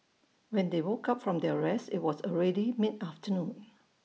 when they woke up from their rest IT was already mid afternoon